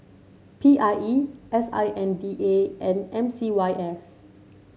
P I E S I N D A and M C Y S